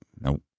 Nope